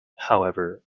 however